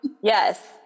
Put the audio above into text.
Yes